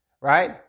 right